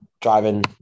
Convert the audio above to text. driving